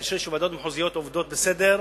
אני חושב שהוועדות המחוזית עובדות בסדר,